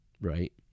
right